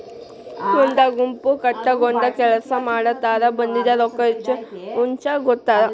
ಒಂದ ಗುಂಪ ಕಟಗೊಂಡ ಕೆಲಸಾ ಮಾಡತಾರ ಬಂದಿದ ರೊಕ್ಕಾ ಹಂಚಗೊತಾರ